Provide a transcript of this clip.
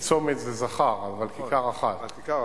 כי צומת זה זכר, אבל כיכר אחת.